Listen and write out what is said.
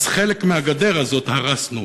אז חלק מהגדר הזאת הרסנו,